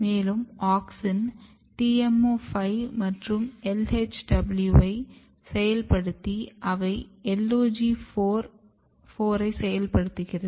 மேலும் auxin TMO 5 மற்றும் LHW வை செயல்படுத்தி அவை LOG 4 ஐ செயல்படுத்துகிறது